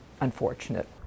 unfortunate